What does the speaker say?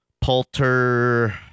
Poulter